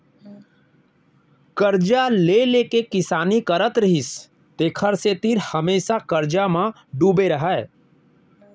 करजा ले ले के किसानी करत रिहिस तेखर सेती हमेसा करजा म डूबे रहय